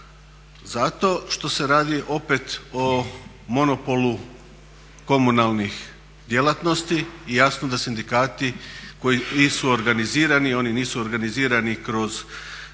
Zato što se radi opet o monopolu komunalnih djelatnosti i jasno da sindikati koji nisu organizirani, oni nisu organizirani kroz poduzetnike